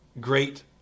great